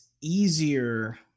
easier